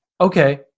okay